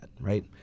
Right